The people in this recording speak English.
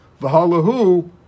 Vahalahu